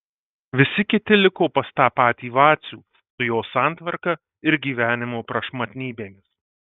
visi kiti liko pas tą patį vacių su jo santvarka ir gyvenimo prašmatnybėmis